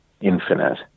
infinite